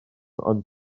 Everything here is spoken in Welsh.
ond